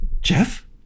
Jeff